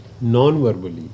non-verbally